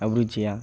అభిరుచియా